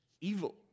evil